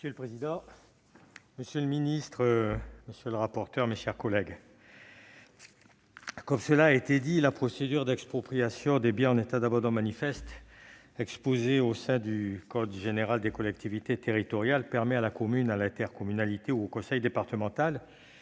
Monsieur le président, monsieur le secrétaire d'État, mes chers collègues, comme cela a été dit, la procédure d'expropriation des biens en état d'abandon manifeste, prévue au sein du code général des collectivités territoriales, permet à la commune, à l'intercommunalité ou au conseil départemental